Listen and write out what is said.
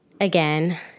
again